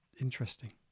interesting